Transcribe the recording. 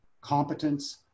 competence